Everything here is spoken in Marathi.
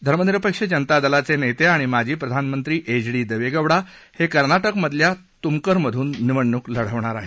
धर्मनिरपेक्ष जनता दलाचे नेते आणि माजी प्रधानमंत्री एच डी देवगौडा हे कर्नाटकमधल्या तुंमकरमधून निवडणूक लढवणार आहेत